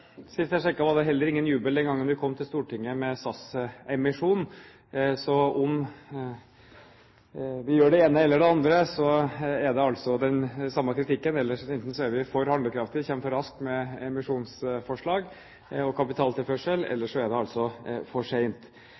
Sist jeg sjekket, var det heller ingen jubel den gang vi kom til Stortinget med SAS-emisjonen. Så om vi gjør det ene eller det andre, er det altså den samme kritikken – enten er vi for handlekraftige og kommer for raskt med emisjonsforslag og kapitaltilførsel, eller så er det altså for seint.